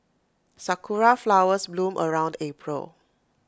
Sakura Flowers bloom around April